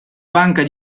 banca